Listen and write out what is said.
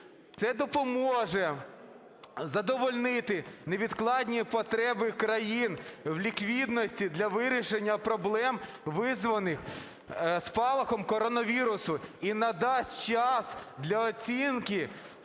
Це допоможе задовольнити невідкладні потреби країн в ліквідності для вирішення проблем, визваних спалахом коронавірусу, і надасть час для оцінки